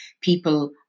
people